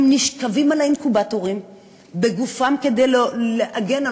הם נשכבים על האינקובטורים בגופם כדי להגן על